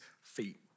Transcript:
feet